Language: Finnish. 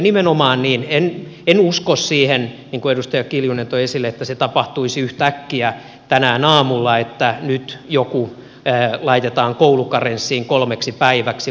nimenomaan en usko siihen niin kuin edustaja kiljunen toi esille että se tapahtuisi yhtäkkiä tänään aamulla että nyt joku laitetaan koulukarenssiin kolmeksi päiväksi